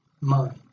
mind